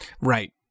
Right